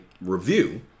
review